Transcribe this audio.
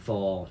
for